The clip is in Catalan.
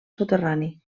soterrani